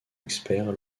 expert